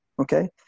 Okay